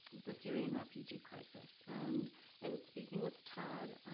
the syrian refugee crisis. and in speaking with todd,